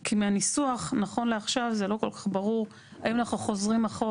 כי מהניסוח נכון לעכשיו זה לא כל כך ברור האם אנחנו חוזרים אחורה